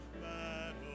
battle